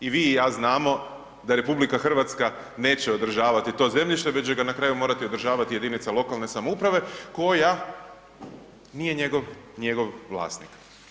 I vi i ja znamo da RH neće održavati to zemljište već će ga na kraju morati održavati jedinica lokalne samouprave koja nije njegov vlasnik.